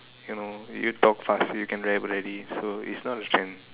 you know you talk fast you can rap already so is not you can